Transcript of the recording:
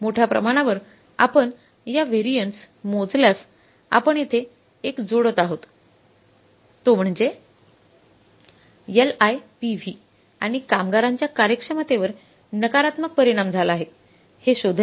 मोठ्या प्रमाणावर आपण या व्हेरिएन्स मोजल्यास आपण येथे एक जोडत आहोत तो म्हणजे एलआयपीव्ही आणि कामगारांच्या कार्यक्षमतेवर नकारात्मक परिणाम झाला आहे हे शोधण्यासाठी